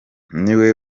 niwe